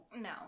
No